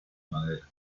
madera